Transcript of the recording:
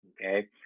Okay